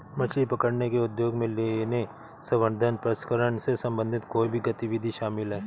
मछली पकड़ने के उद्योग में लेने, संवर्धन, प्रसंस्करण से संबंधित कोई भी गतिविधि शामिल है